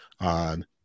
on